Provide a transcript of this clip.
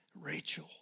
Rachel